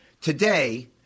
Today